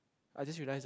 I just realised that